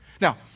Now